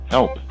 Help